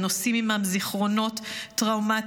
הם נושאים עימם זיכרונות טראומטיים,